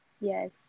Yes